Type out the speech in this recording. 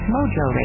Mojo